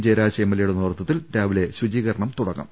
ജയരാജ് എംഎൽഎയുടെ നേതൃത്വത്തിൽ രാവിലെ ശുചീക രണ പരിപാടി തുടങ്ങും